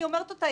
אני אומרת אותה,